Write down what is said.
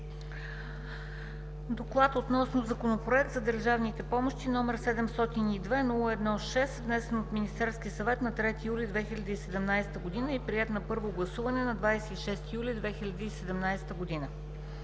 „Доклад относно Законопроект за държавните помощи № 702-01-6, внесен от Министерския съвет на 3 юли 2017 г. и приет на първо гласуване на 26 юли 2017 г.